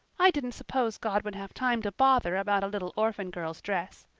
i didn't suppose god would have time to bother about a little orphan girl's dress.